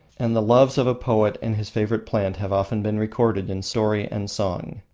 and the loves of a poet and his favorite plant have often been recorded in story and song.